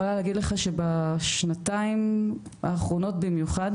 אני יכולה להגיד לך שבשנתיים האחרונות במיוחד,